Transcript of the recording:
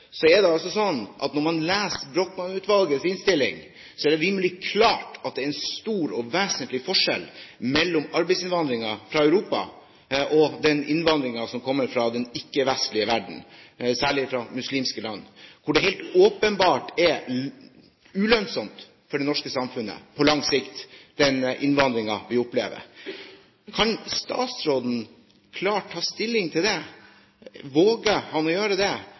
det rimelig klart at det er en stor og vesentlig forskjell mellom arbeidsinnvandringen fra Europa og den innvandringen som kommer fra den ikke-vestlige verden, særlig fra muslimske land, hvor det er helt åpenbart at den innvandringen vi opplever, er ulønnsom for det norske samfunnet på lang sikt. Kan statsråden klart ta stilling til det? Våger han å gjøre det